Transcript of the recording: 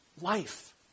life